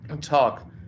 talk